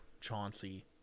Chauncey